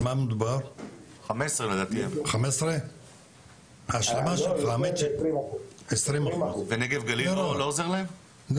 לדעתי 15%. 20%. צריך לעזור להם,